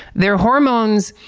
their hormones,